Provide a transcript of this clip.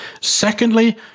Secondly